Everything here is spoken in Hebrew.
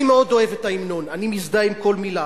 אני מאוד אוהב את ההמנון, אני מזדהה עם כל מלה.